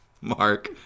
mark